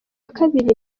kabiri